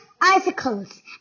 icicles